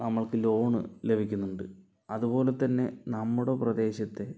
നമ്മൾക്ക് ലോൺ ലഭിക്കുന്നുണ്ട് അതുപോലെ തന്നെ നമ്മുടെ പ്രദേശത്തെ